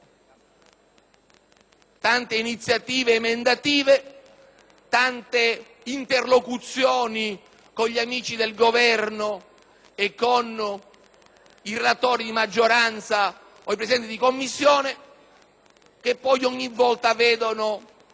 tante iniziative emendative, tante interlocuzioni con gli amici del Governo, i relatori di maggioranza e i Presidenti di Commissione, che poi ogni volta deludono